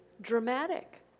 Dramatic